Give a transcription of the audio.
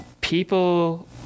People